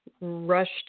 rushed